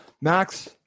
Max